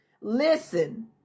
listen